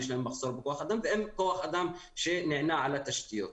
יש להם מחסור בכוח אדם ואין כוח אדם שנענה על התשתיות.